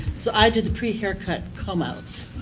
so, i did the pre haircut comb outs.